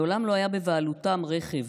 מעולם לא היה בבעלותם רכב